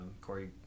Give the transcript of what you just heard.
Corey